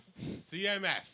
CMF